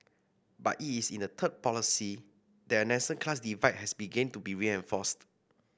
but it is in the third policy that a nascent class divide has begun to be reinforced